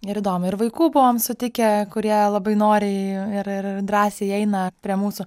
ir įdomu ir vaikų buvome sutikę kurie labai noriai ir ir drąsiai eina prie mūsų